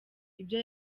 ibyo